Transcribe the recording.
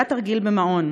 היה תרגיל במעון.